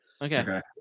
Okay